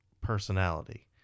personality